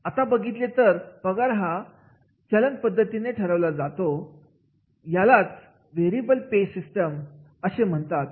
आता जर बघितले पगार हा चलन पद्धतीनुसार ठरवला जातो यालाच व्हेरिएबल पे सिस्टीम असे म्हणतात